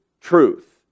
truth